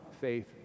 faith